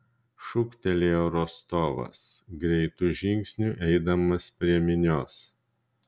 šūktelėjo rostovas greitu žingsniu eidamas prie minios